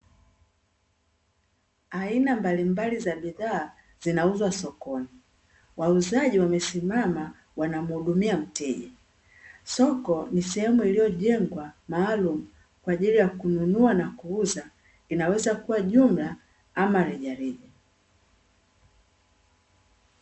Aina mbalimbali za bidhaa, zinauzwa sokoni wauzaji wamesimama wanamuhudumia mteja. Soko ni sehemu iliojengwa maalumu kwa ajili ya kununua na kuuza, inaweza kuwa jumla ama rejareja.